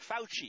Fauci